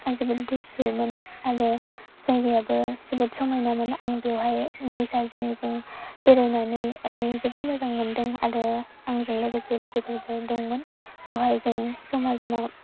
आर जोबोद गुसुमोन आरोे जायगायाबो जोबोद समायनामोन आं बेवहाय दैसा जिं जिं बेरायनानै जोबोद मोजां मोनदों आरो आंजों लोगोसे लोगोफोरबो दंमोन बेवहाय जों जमा जमा